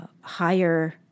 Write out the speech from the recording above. higher